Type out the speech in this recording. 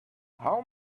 how